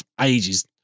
ages